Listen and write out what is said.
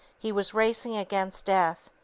he was racing against death.